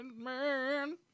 man